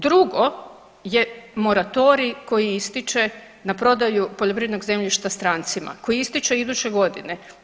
Drugo je moratorij koji ističe na prodaju poljoprivrednog zemljišta strancima koji ističe iduće godine.